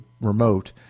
remote